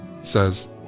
says